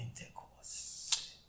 intercourse